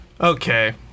Okay